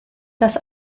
das